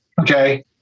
Okay